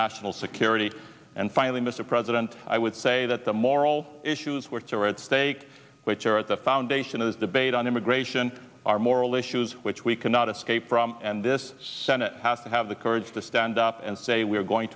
national security and finally mr president i would say that the moral issues which are at stake which are at the foundation of this debate on immigration are moral issues which we cannot escape from and this senate has to have the courage to stand up and say we're going